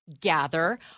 gather